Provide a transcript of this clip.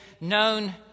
known